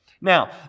Now